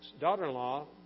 daughter-in-law